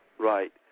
Right